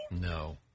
No